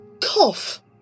cough